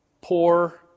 poor